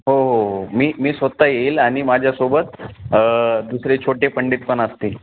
हो हो हो मी मी स्वत येईल आणि माझ्यासोबत दुसरे छोटे पंडित पण असतील